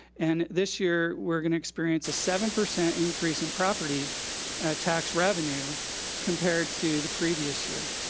and this year, we're gonna experience a seven percent increase in property tax revenue compared to the previous year.